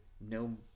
no